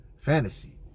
fantasy